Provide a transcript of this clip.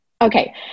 Okay